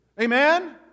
Amen